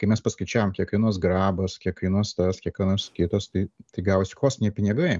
kai mes paskaičiavom kiek kainuos grabas kiek kainuos tas kiek kainuos kitas tai tai gavosi kosminiai pinigai